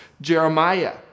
Jeremiah